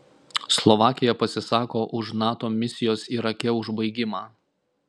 slovakija pasisako už nato misijos irake užbaigimą